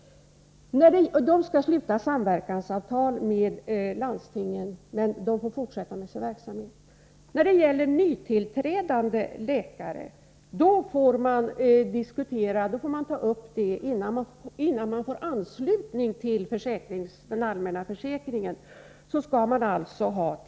De skall sluta samverkansavtal med landstingen, men de får, som sagt, fortsätta med sin verksamhet. När det gäller nytillträdande läkare erfordras tillstyrkan av landstingen innan anslutning sker till den allmänna försäkringen.